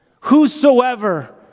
whosoever